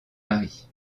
marie